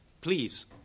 please